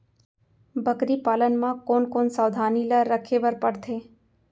बकरी पालन म कोन कोन सावधानी ल रखे बर पढ़थे?